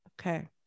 Okay